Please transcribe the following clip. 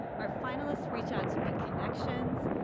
our finalists reach out to make connections.